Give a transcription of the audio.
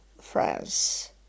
France